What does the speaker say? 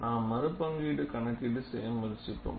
நாம் மறுபங்கீடு கணக்கீடு செய்ய முயற்சிப்போம்